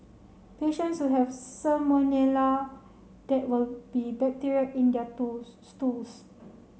patients who have salmonella there will be bacteria in their tools stools